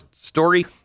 Story